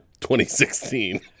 2016